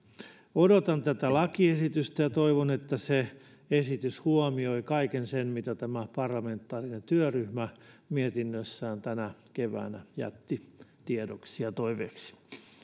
odotan tätä lakiesitystä ja toivon että se esitys huomioi kaiken sen mitä tämä parlamentaarinen työryhmä mietinnössään tänä keväänä jätti tiedoksi ja toiveiksi